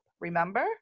remember